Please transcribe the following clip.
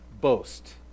boast